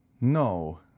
No